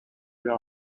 there